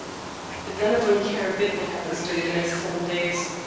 then i don't care a bit what happens during the next seven days.